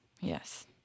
Yes